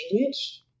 language